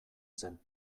zen